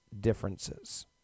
differences